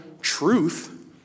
truth